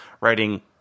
writing